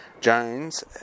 Jones